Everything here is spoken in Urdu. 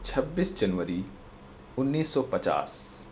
چھبیس جنوری انیس سو پچاس